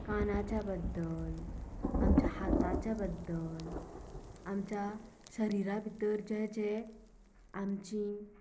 कानाच्या बद्दल आमच्या हाताच्या बद्दल आमच्या शरिरा भितर जे जे आमचीं